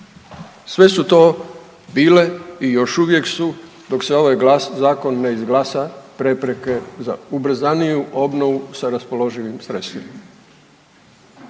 Sve su to bile i još uvijek su dok se ovaj glas, zakon ne izglasa prepreke za ubrzaniju obnovu sa raspoloživim sredstvima.